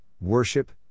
worship